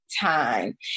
time